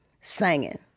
singing